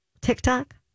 TikTok